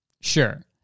Sure